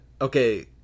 Okay